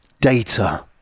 data